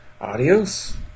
Adios